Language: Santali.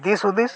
ᱫᱤᱥᱦᱩᱫᱤᱥ